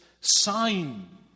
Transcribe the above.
sign